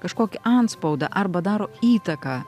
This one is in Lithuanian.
kažkokį antspaudą arba daro įtaką